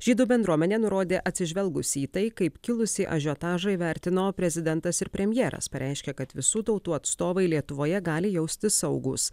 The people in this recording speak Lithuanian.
žydų bendruomenė nurodė atsižvelgusi į tai kaip kilusį ažiotažą įvertino prezidentas ir premjeras pareiškė kad visų tautų atstovai lietuvoje gali jaustis saugūs